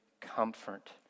comfort